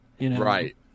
Right